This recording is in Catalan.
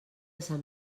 sant